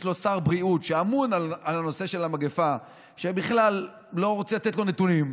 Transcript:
יש לו שר בריאות שאמון על הנושא של המגפה ובכלל לא רוצה לתת לו נתונים,